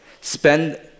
Spend